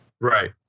Right